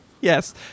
Yes